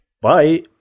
Bye